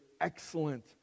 excellent